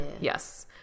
Yes